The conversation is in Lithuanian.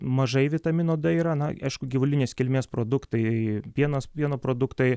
mažai vitamino d yra aišku gyvulinės kilmės produktai pienas pieno produktai